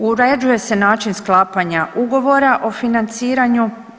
Uređuje se način sklapanja ugovora o financiranju.